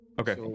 Okay